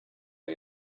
are